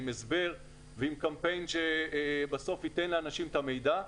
עם הסבר ועם קמפיין שבסוף ייתן לאנשים את המידע,